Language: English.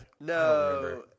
No